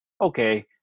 Okay